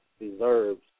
deserves